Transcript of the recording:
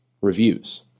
reviews